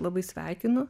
labai sveikinu